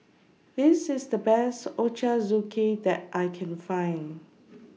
This IS The Best Ochazuke that I Can Find